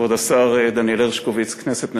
כבוד השר דניאל הרשקוביץ, כנסת נכבדה,